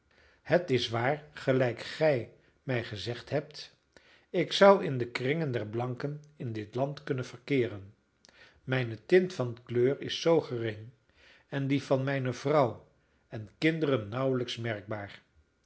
het is waar gelijk gij mij gezegd hebt ik zou in de kringen der blanken in dit land kunnen verkeeren mijne tint van kleur is zoo gering en die van mijne vrouw en kinderen nauwelijks merkbaar